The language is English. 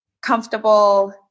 comfortable